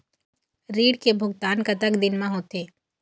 ऋण के भुगतान कतक दिन म होथे?